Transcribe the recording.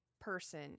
person